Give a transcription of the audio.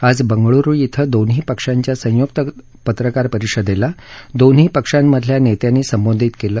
आज बंगळुरु श्व दोन्ही पक्षांच्या संयुक्त पत्रकार परिषदेला दोन्ही पक्षांमधल्या नेत्यांनी संबोधित केलं